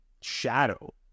shadow